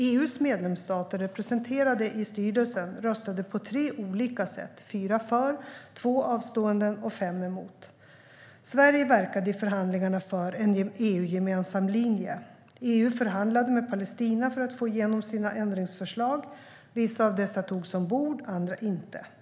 EU:s medlemsstater, representerade i styrelsen, röstade på tre olika sätt: fyra för, två avståenden och fem emot. Sverige verkade i förhandlingarna för en EU-gemensam linje. EU förhandlade med Palestina för att få igenom sina ändringsförslag. Vissa av dessa togs ombord, andra inte.